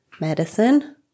Medicine